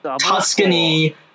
Tuscany